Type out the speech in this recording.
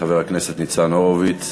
חבר הכנסת ניצן הורוביץ,